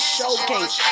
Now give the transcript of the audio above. Showcase